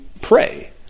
pray